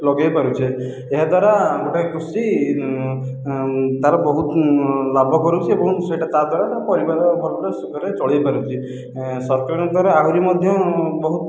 ଲଗେଇପାରୁଛେ ଏହାଦ୍ୱାରା ଗୁଡ଼ାଏ କୃଷି ତାର ବହୁତ ଲାଭ କରୁଛି ଏବଂ ସେଇଟା ତାଦ୍ଵାରା ପରିବାର ଭଲରେ ସୁଖରେ ଚଳେଇପାରୁଛି ସରକାରଙ୍କ ଦ୍ୱାରା ଆହୁରି ମଧ୍ୟ ବହୁତ